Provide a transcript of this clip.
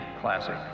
classic